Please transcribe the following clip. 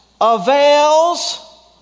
avails